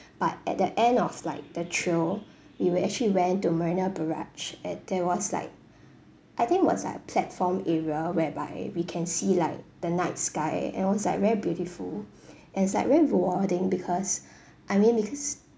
but at the end of like the trail we were actually went to marina barrage and there was like I think was like a platform area whereby we can see like the night sky and was like very beautiful and it's like very rewarding because I mean because